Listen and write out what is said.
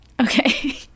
Okay